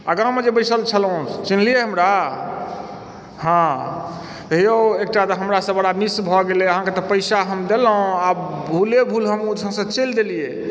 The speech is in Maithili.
आगाँमे जे बसिल छलहुँ चिन्हलिए हमरा हँ यौ एकटा तऽ हमरासँ बड़ा मिस भऽ गेलय अहाँके तऽ पैसा हम देलहुँ आ भूले भूल हम ओहिठामसँ चलि देलिए